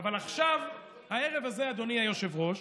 אבל עכשיו, הערב הזה, אדוני היושב-ראש,